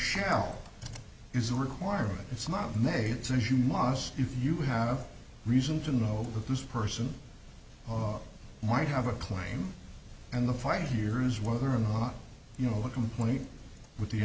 shall is a requirement it's not made since you must if you have reason to know that this person might have a claim and the fight here is whether or not you know complete with the